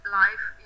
life